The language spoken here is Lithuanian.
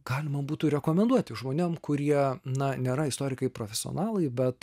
galima būtų rekomenduoti žmonėms kurie na nėra istorikai profesionalai bet